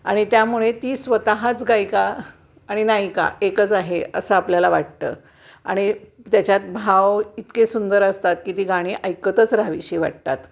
आणि त्यामुळे ती स्वतःच गयिका आणि नायिका एकच आहे असं आपल्याला वाटतं आणि त्याच्यात भाव इतके सुंदर असतात की ती गाणी ऐकतच राहावीशी वाटतात